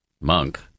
monk